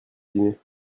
dîner